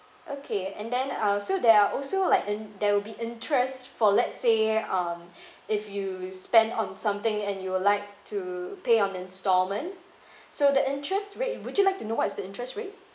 okay and then uh so there are also like in~ there will be interest for let's say um if you spend on something and you would like to pay on installment so the interest rate would you like to know what's the interest rate